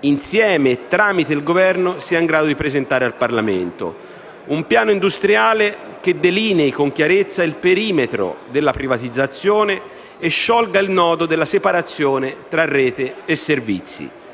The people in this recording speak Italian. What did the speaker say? - insieme e tramite il Governo - sia in grado di presentare al Parlamento; un piano industriale che delinei con chiarezza il perimetro della privatizzazione e sciolga il nodo della separazione tra rete e servizi.